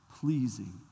pleasing